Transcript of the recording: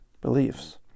beliefs